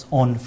on